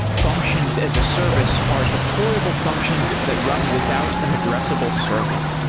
functions as a service are deployable functions that run without an addressable server.